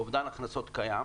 אובדן הכנסות קיים.